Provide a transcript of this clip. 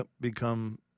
become